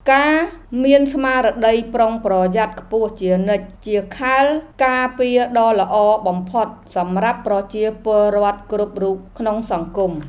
ការមានស្មារតីប្រុងប្រយ័ត្នខ្ពស់ជានិច្ចជាខែលការពារដ៏ល្អបំផុតសម្រាប់ប្រជាពលរដ្ឋគ្រប់រូបក្នុងសង្គម។